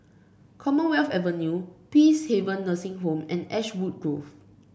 Commonwealth Avenue Peacehaven Nursing Home and Ashwood Grove